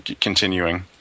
continuing